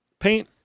Paint